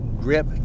grip